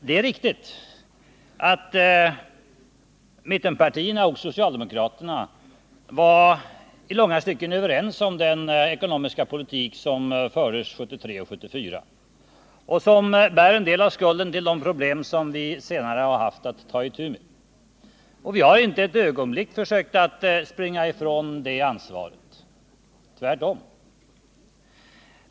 Det är riktigt att mittenpartierna och socialdemokraterna i långa stycken var överens om den ekonomiska politik som fördes 1973 och 1974 och som bär en del av skulden till de problem som vi senare har haft att ta itu med. Och vi har inte ett ögonblick försökt springa ifrån det ansvaret, tvärtom.